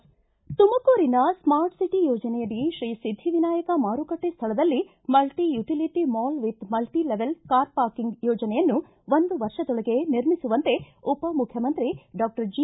ತುಮಕೂರಿನ ಸ್ಮಾರ್ಟ್ಸಿಟಿ ಯೋಜನೆಯಡಿ ಶ್ರೀ ಸಿದ್ದಿವಿನಾಯಕ ಮಾರುಕಟ್ಟೆ ಸ್ಥಳದಲ್ಲಿ multi utility mall with multi level car parking ಯೋಜನೆಯನ್ನು ಒಂದು ವರ್ಷದೊಳಗೆ ನಿರ್ಮಿಸುವಂತೆ ಉಪಮುಖ್ಯಮಂತ್ರಿ ಡಾಕ್ಷರ್ ಜಿ